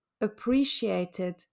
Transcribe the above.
appreciated